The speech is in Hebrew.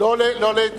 לא.